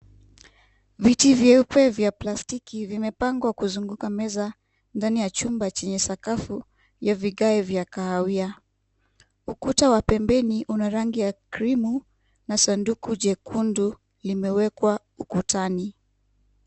Viti vyeupe vya plastiki vimepangwa kuzunguka meza ndani ya chupa chenye sakafu ya vigae vya kahawia. Ukuta wa pembeni una rangi ya krimu na sanduku jekundu limewekwa ukutani.